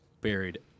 buried